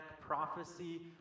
prophecy